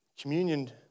Communion